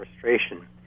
frustration